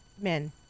men